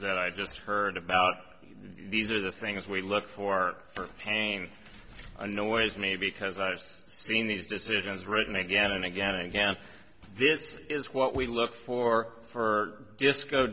that i just heard about these are the things we look for for pain annoys me because i've seen these decisions written again and again and again this is what we look for for disco